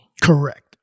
Correct